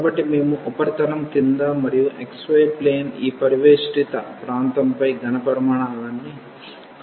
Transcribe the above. కాబట్టి మేము ఉపరితలం క్రింద మరియు xy ప్లేన్ ఈ పరివేష్టిత ప్రాంతంపై ఘాన పరిమాణాన్ని కనుగొనాలనుకుంటున్నాము